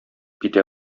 китә